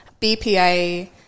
BPA